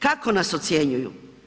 Kako nas ocjenjuju?